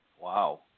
Wow